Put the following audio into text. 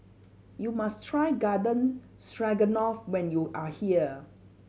you must try Garden Stroganoff when you are here